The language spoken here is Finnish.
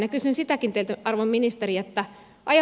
kysyn sitäkin teiltä arvon ministeri